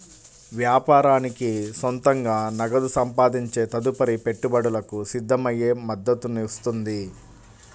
వ్యాపారానికి సొంతంగా నగదు సంపాదించే తదుపరి పెట్టుబడులకు సిద్ధమయ్యే మద్దతునిస్తుంది